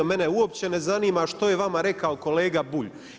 Mene uopće ne zanima što je vama rekao kolega Bulj.